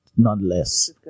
Nonetheless